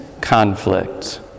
conflict